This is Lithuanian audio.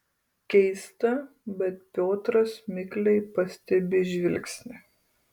keista bet piotras mikliai pastebi žvilgsnį